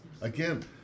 Again